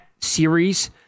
series